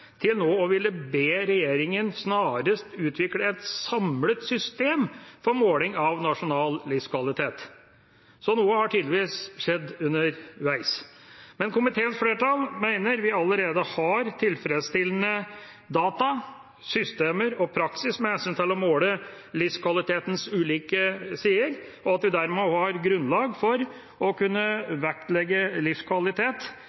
til nå å ville be «regjeringen snarest utvikle et samlet system for måling av brutto nasjonal livskvalitet», så noe har tydeligvis skjedd underveis. Men komiteens flertall mener at vi allerede har tilfredsstillende data, systemer og praksis med hensyn til å måle livskvalitetens ulike sider, og at vi dermed også har grunnlag for å